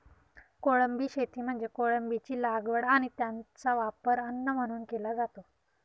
कोळंबी शेती म्हणजे कोळंबीची लागवड आणि त्याचा वापर अन्न म्हणून केला जातो